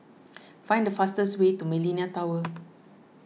find the fastest way to Millenia Tower